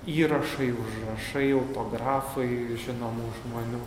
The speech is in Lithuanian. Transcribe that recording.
įrašai užrašai autografui žinomų žmonių